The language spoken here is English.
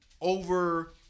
over